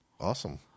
Awesome